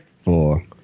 four